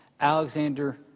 Alexander